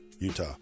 Utah